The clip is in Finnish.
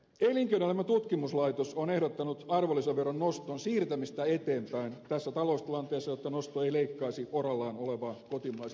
elinkeinoelämän tutkimuslaitos on ehdottanut arvonlisäveron noston siirtämistä eteenpäin tässä taloustilanteessa jotta nosto ei leikkaisi oraallaan olevaa kotimaisen talouden elpymistä